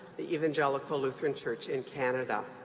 the evangelical lutheran church in canada.